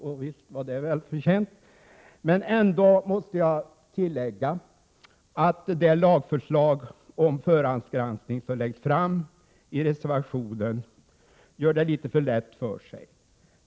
Visst var den välförtjänt, men ändå måste jag tillägga att man genom det lagförslag om förhandsgranskning som läggs fram i reservationen gör det litet för lätt för sig.